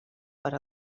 per